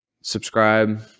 subscribe